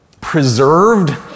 preserved